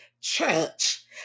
church